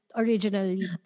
originally